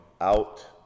out